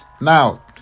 Now